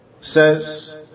says